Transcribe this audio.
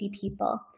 people